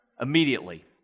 Immediately